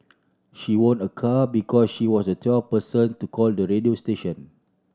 she won a car because she was the twelfth person to call the radio station